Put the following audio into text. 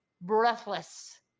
breathless